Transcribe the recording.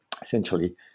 essentially